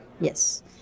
Yes